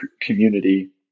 community